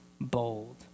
bold